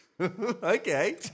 Okay